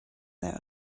their